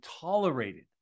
tolerated